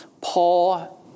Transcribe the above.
Paul